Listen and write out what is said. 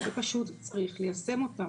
ופשוט צריך ליישם אותם.